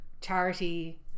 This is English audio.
charity